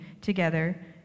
together